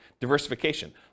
diversification